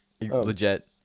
legit